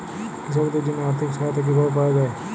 কৃষকদের জন্য আর্থিক সহায়তা কিভাবে পাওয়া য়ায়?